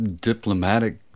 diplomatic